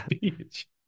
Beach